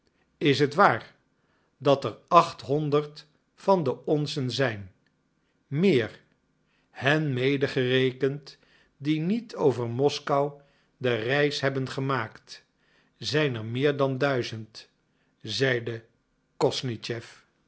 is het waar dat er achthonderd van de onzen zijn meer hen medegerekend die niet over moskou de reis hebben gemaakt zijn er meer dan duizend zeide